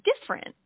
different